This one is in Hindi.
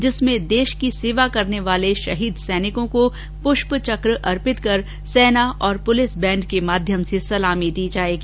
जिसमें देश की सेवा करने वाले शहीद सैनिको को पुष्प चक्र अर्पित कर सेना और पुलिस बैण्ड के माध्यम से सलामी दी जायेगी